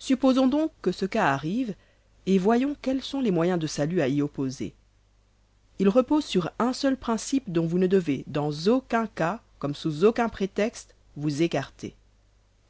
supposons donc que ce cas arrive et voyons quels sont les moyens de salut à y opposer ils reposent sur un seul principe dont vous ne devez dans aucun cas comme sous aucun prétexte vous écarter